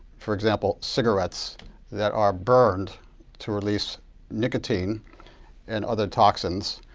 for example cigarettes that are burned to release nicotine and other toxins,